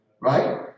Right